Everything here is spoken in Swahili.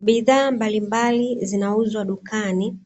Bidhaa mbalimbali zinauzwa dukani,